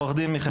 עו"ד מיכאל.